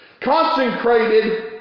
consecrated